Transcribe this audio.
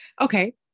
Okay